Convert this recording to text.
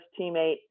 teammate